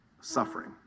suffering